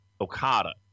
Okada